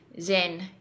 zen